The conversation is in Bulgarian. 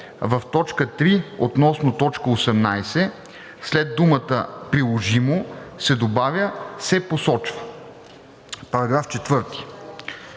Параграф 1в